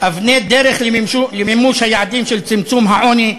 אבני דרך למימוש היעדים של צמצום העוני,